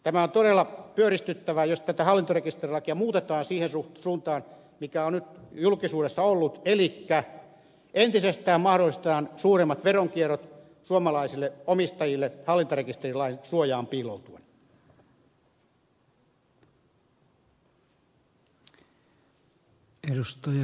tämä on todella pöyristyttävää jos tätä hallintarekisterilakia muutetaan siihen suuntaan joka on nyt julkisuudessa ollut elikkä entisestään mahdollistetaan suurimmat veronkierrot suomalaisille omistajille hallintarekisterilain suojaan piiloutuen